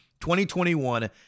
2021